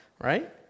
right